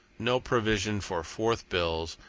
no provision for fourth bills,